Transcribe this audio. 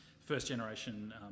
first-generation